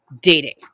dating